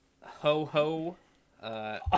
Ho-Ho